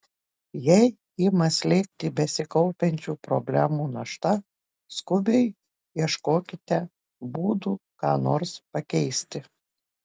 jei ima slėgti besikaupiančių problemų našta skubiai ieškokite būdų ką nors pakeisti